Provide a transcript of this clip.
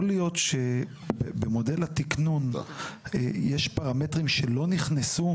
יכול להיות שבמודל התקנון יש פרמטרים שלא נכנסו